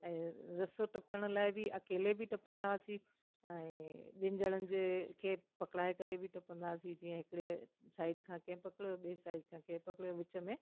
ऐं रसो टपण लाइ बि अकेले बि टपंदा हुआसीं ऐं ॿिनि ॼणनि जे खे पकड़ाए करे बि टपंदा हुआसीं जीअं हिकिड़े साइड खां कंहिं पकड़ियो ॿिए साइड सां कंहिं पकड़ियो विच में